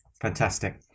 Fantastic